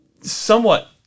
somewhat